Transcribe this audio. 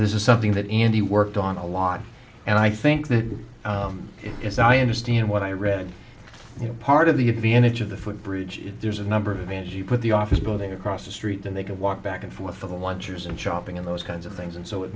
this is something that andy worked on a lot and i think that as i understand what i read here part of the advantage of the footbridge there's a number of events you put the office building across the street and they can walk back and forth a lunchers and shopping in those kinds of things and so it